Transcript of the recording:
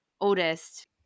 oldest